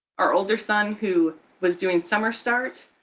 our older son who was doing summer start.